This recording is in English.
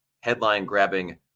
headline-grabbing